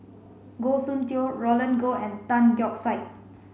Goh Soon Tioe Roland Goh and Tan Keong Saik